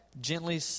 gently